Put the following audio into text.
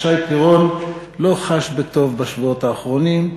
שי פירון לא חש בטוב בשבועות האחרונים,